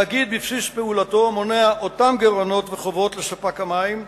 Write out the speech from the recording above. התאגיד בבסיס פעולתו מונע אותם גירעונות וחובות לספק המים,